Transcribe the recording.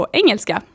engelska